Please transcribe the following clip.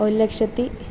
ഒരു ലക്ഷത്തി